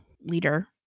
leader